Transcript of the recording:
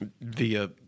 via